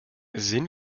sehen